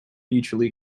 mutually